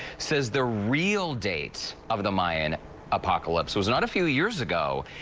says the real date of the mayan apocalypse was not a few years ago,